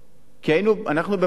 כי אנחנו במצב